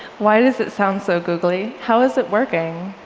why does it sound so googly? how is it working?